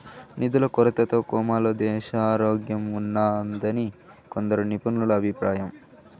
నిధుల కొరతతో కోమాలో దేశారోగ్యంఉన్నాదని కొందరు నిపుణుల అభిప్రాయం